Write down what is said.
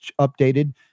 updated